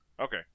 Okay